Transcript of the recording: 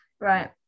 Right